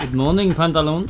like morning pantaloons.